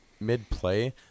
mid-play